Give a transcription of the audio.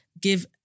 give